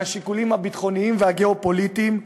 מהשיקולים הביטחוניים והגיאו-פוליטיים,